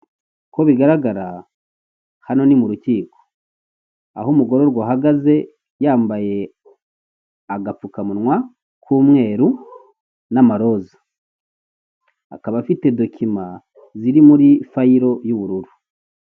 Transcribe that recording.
Inzu iherereye mu mujyi wa Kigali igurishwa amafaranga y'u Rwanda miliyoni mirongo irindwi n'eshanu igaragara icyumba k'isuku n'umuryango imbere ufite ibirahuri.